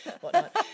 whatnot